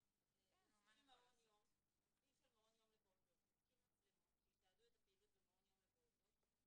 של מעון יום לפעוטות יתקין מצלמות שיתעדו את הפעילות במעון יום לפעוטות,